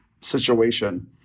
situation